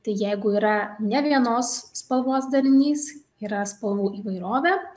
tai jeigu yra ne vienos spalvos darinys yra spalvų įvairovę